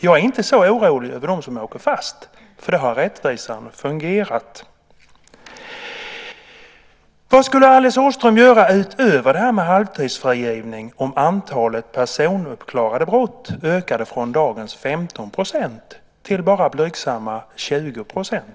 Jag är inte så orolig över dem som åker fast, för då har rättvisan fungerat. Vad skulle Alice Åström göra utöver detta med halvtidsfrigivning om antalet uppklarade brott ökade från dagens 15 % till bara blygsamma 20 %?